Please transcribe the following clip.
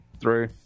Three